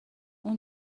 اون